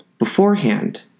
Beforehand